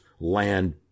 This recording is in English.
land